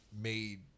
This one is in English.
made